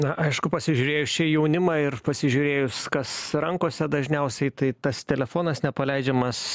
aišku pasižiūrėjus čia į jaunimą ir pasižiūrėjus kas rankose dažniausiai tai tas telefonas nepaleidžiamas